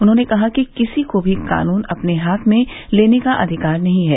उन्होंने कहा कि किसी को भी कानून अपने हाथ में लेने का अधिकार नही है